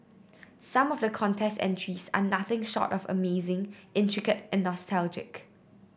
some of the contest entries are nothing short of amazing intricate and nostalgic